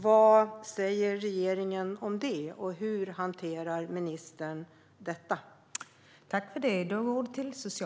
Vad säger regeringen, och hur hanterar ministern detta?